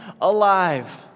alive